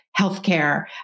healthcare